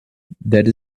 that